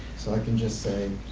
so i can just say,